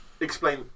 Explain